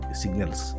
signals